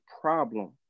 problem